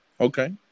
Okay